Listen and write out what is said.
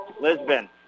Lisbon